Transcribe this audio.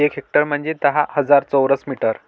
एक हेक्टर म्हंजे दहा हजार चौरस मीटर